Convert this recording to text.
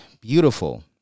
beautiful